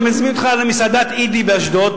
אני מזמין אותך למסעדת "אידי" באשדוד,